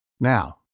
Now